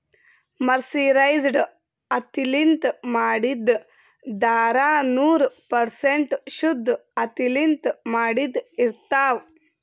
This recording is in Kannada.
ಮರ್ಸಿರೈಜ್ಡ್ ಹತ್ತಿಲಿಂತ್ ಮಾಡಿದ್ದ್ ಧಾರಾ ನೂರ್ ಪರ್ಸೆಂಟ್ ಶುದ್ದ್ ಹತ್ತಿಲಿಂತ್ ಮಾಡಿದ್ದ್ ಇರ್ತಾವ್